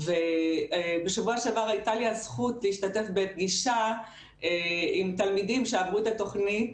ובשבוע שעבר הייתה לי הזכות להשתתף בפגישה עם תלמידים שעברו את התוכנית